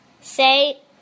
say